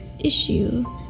issue